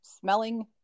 smelling